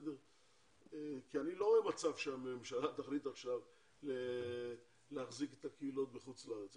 כי אני לא רואה מצב שהממשלה תחליט עכשיו להחזיק את הקהילות בחוץ לארץ,